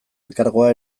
elkargoa